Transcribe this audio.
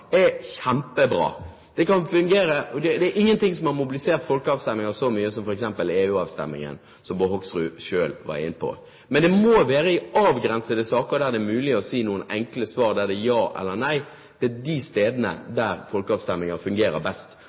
er kjempebra. Det er ingen ting som har mobilisert til folkeavstemninger så mye som EU-avstemningen, som Bård Hoksrud selv var inne på. Men det må skje i avgrensede saker, der det er mulig å komme med noen enkle svar, enten ja eller nei. Det er på de områdene folkeavstemninger fungerer best,